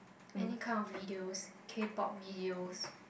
any kind of videos k-pop videos